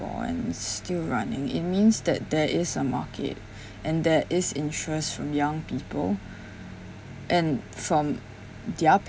four and still running it means that there is a market and there is interest from young people and from their